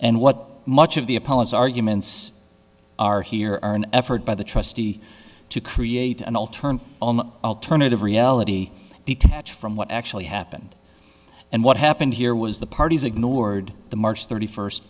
and what much of the opponents arguments are here are an effort by the trustee to create an alternative alternative reality detach from what actually happened and what happened here was the parties ignored the march thirty first